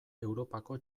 europako